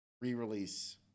re-release